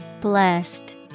Blessed